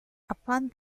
upon